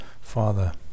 Father